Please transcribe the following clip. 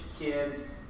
kids